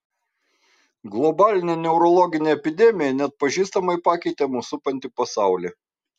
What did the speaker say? globalinė neurologinė epidemija neatpažįstamai pakeitė mus supantį pasaulį